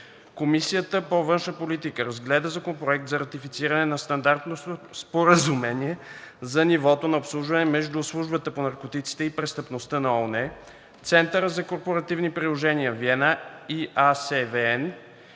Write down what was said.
Комисията по външна политика разгледа Законопроект за ратифициране на Стандартното споразумение за нивото на обслужване между Службата по наркотиците и престъпността на ООН (UNODC), Центъра за корпоративни приложения – Виена